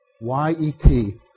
Y-E-T